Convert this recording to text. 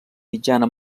mitjana